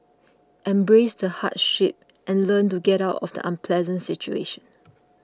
embrace the hardship and learn to get out of the unpleasant situation